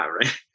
right